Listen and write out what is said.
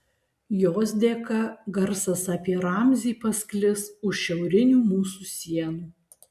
jos dėka garsas apie ramzį pasklis už šiaurinių mūsų sienų